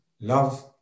love